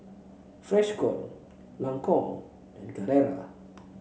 Freshkon Lancome and Carrera